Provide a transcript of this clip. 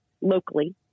locally